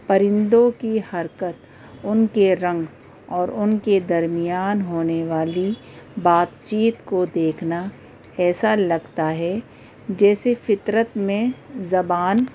پرندوں کی حرکت ان کے رنگ اور ان کے درمیان ہونے والی بات چیت کو دیکھنا ایسا لگتا ہے جیسے فطرت میں زبان